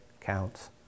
counts